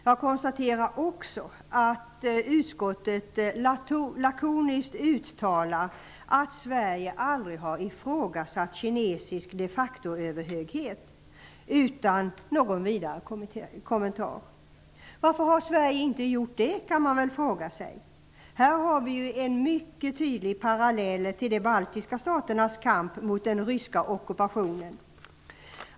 Jag konstaterar också att utskottet lakoniskt uttalar att Sverige aldrig har ifrågasatt kinesisk de factoöverhöghet, utan någon vidare kommentar. Varför har Sverige inte gjort det? kan man fråga sig. Här har vi en mycket tydlig parallell till de baltiska staternas kamp mot den ryska ockupationen.